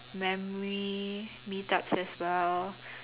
memory meetups as well